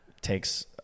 takes